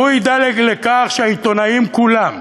והוא ידאג לכך שהעיתונאים כולם,